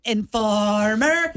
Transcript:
Informer